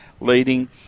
leading